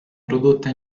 prodotta